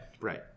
right